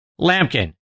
Lampkin